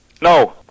No